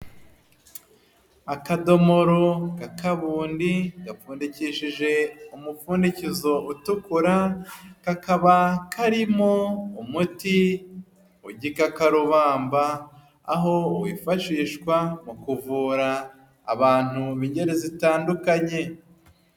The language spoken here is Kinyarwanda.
Akadomoro k'akabundi gapfundikishije umupfundikizo utukura, kakaba karimo umuti w'igikakarubamba, aho wifashishwa mu kuvura abantu b'ingeri zitandukanye.